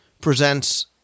presents